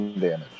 damage